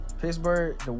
Pittsburgh